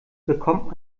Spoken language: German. bekommt